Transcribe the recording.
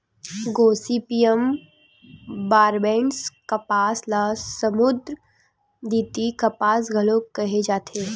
Gossypium barbadense कपास ल समुद्दर द्वितीय कपास घलो केहे जाथे